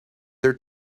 their